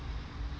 and then like